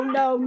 no